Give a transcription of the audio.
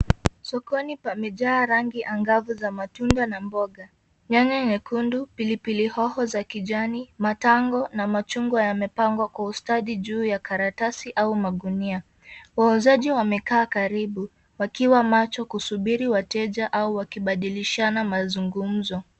sokoni pamejaa rangi angavu za matunda na mboga nyanya nyekundu, pilipili hoho za kijani, matango, na machungwa yamepangwa kwa ustadi juu ya karatasi au magunia. Wauzaji wamekaa karibu, wakiwa macho kusubiri wateja au wakibadilishana mazungumuzo.